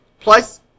Plus